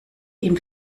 ihm